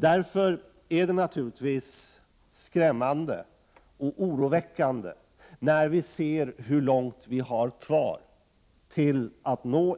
Därför är det naturligtvis skrämmande och oroväckande när vi ser hur långt vi har kvar till